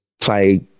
play